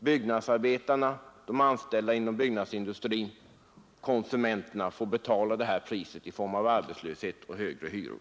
Byggnadsarbetarna, de anställda inom byggnadsindustrin, konsumenterna får betala priset i form av arbetslöshet och högre hyror.